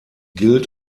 gilt